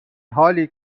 حالی